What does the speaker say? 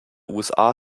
usa